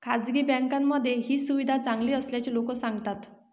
खासगी बँकांमध्ये ही सुविधा चांगली असल्याचे लोक सांगतात